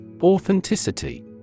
Authenticity